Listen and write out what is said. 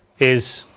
is